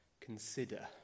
consider